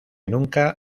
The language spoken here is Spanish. nunca